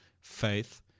faith